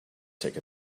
take